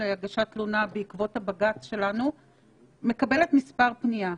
להגשת תלונה בעקבות הבג"צ שלנו מקבלת מספר פנייה,